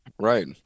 Right